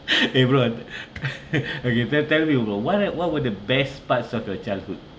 eh bro okay tell tell me bro what are what were the best parts of your childhood